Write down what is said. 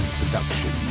production